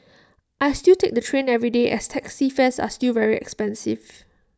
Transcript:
I still take the train every day as taxi fares are still very expensive